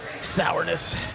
sourness